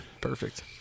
Perfect